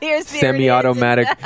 Semi-automatic